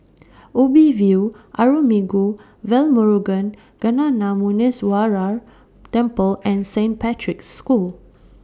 Ubi View Arulmigu Velmurugan Gnanamuneeswarar Temple and Saint Patrick's School